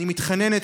אני מתחננת,